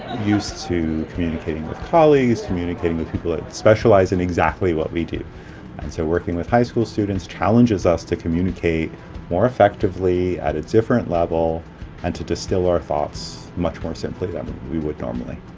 used to communicating with collegues communicating with people that specialize in exactly what we do and so working with high school students challenges us to communicate more effectively at a different level and to distill our faults much more simply than we would normally.